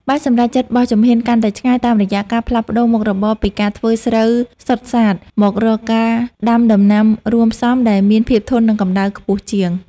បានសម្រេចចិត្តបោះជំហានកាន់តែឆ្ងាយតាមរយៈការផ្លាស់ប្តូរមុខរបរពីការធ្វើស្រូវសុទ្ធសាធ មករកការដាំដំណាំរួមផ្សំដែលមានភាពធន់នឹងកម្តៅខ្ពស់ជាង។